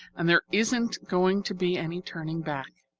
and there isn't going to be any turning back.